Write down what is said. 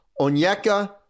Onyeka